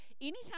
anytime